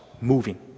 moving